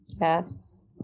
yes